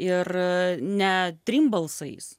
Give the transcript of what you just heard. ir ne trim balsais